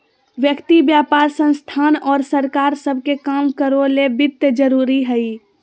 व्यक्ति व्यापार संस्थान और सरकार सब के काम करो ले वित्त जरूरी हइ